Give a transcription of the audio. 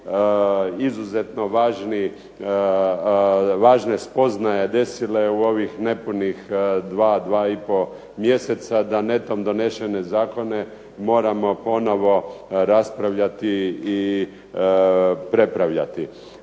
izuzetno važne spoznaje desile u ovih nepunih dva, dva i pol mjeseca, da netom donešene zakone moramo ponovno raspravljati i prepravljati.